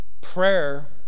Prayer